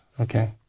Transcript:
Okay